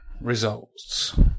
results